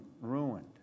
ruined